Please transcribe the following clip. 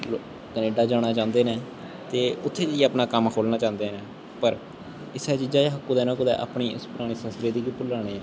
Canada जाना चांह्दे न ते उत्थै जाइयै अपना कम्म खोह्ल्लना चांह्दे न पर इस्सै चीजै च अस कुदै ना कुदै अपनी इस परानी संस्कृति गी भुल्ला ने ऐं